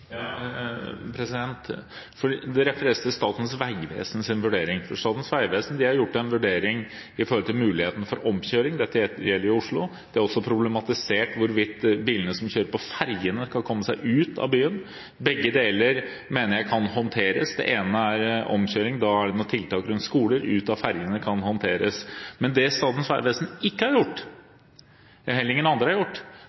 Statens vegvesens vurdering, for Statens vegvesen har gjort en vurdering når det gjelder mulighetene for omkjøring. Dette gjelder i Oslo. De har også problematisert hvordan bilene som kjører på ferjene, skal komme seg ut av byen. Begge deler mener jeg kan håndteres. Det ene er omkjøring. Da er det noen tiltak rundt skoler og for bilene på ferjene. Det kan håndteres. Men det Statens vegvesen ikke har gjort, og som heller ingen andre har gjort,